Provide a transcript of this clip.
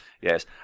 yes